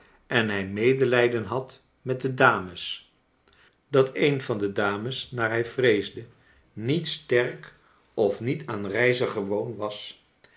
en hij medelijden had met de dames dat een van de dames naar hij vreesde niet sterk of niet aan reizen gewoon was